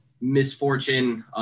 misfortune